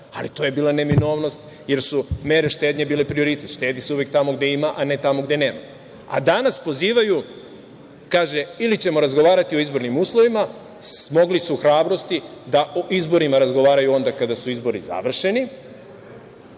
ali to je bila neminovnost, jer su mere štednje bile prioritet. Štedi se uvek tamo gde ima, a ne tamo gde nema. Danas pozivaju, kaže, ili ćemo razgovarati o izbornim uslovima, smogli su hrabrosti da o izborima razgovaraju kada su izbori završeni,